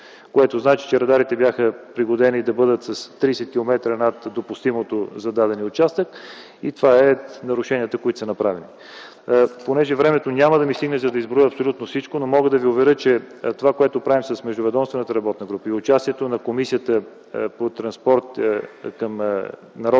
което значи, че радарите бяха пригодени да бъдат с 30 км над допустимото за дадения участък, и това са нарушенията, които са направени. Времето няма да ми стигне, за да изброя абсолютно всичко, но мога да Ви уверя, че това, което правим с междуведомствената работна група и участието на Комисията по транспорт, информационни